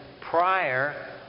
prior